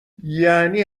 یعنی